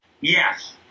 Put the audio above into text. Yes